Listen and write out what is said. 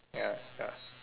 ya ya